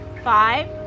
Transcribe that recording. Five